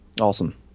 Awesome